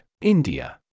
India